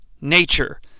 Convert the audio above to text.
nature